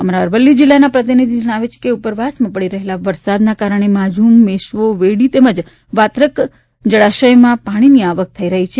અમારા અરવલ્લી જિલ્લાના પ્રતિનિધિ જણાવે છે કે ઉપરવાસમાં પડી રહેલા વરસાદને કારણે માઝ્રમ મેશ્વો વેડી તેમજ વાત્રક જળાશયમાં પાણીની આવક થઈ રહી છે